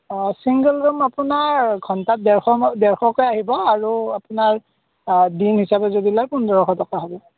অঁ single room আপোনাৰ ঘণ্টাত ডেৰশ মান ডেৰশকে আহিব আৰু আপোনাৰ দিন হিচাপে যদি লয় পোন্ধৰশ টকা হ'ব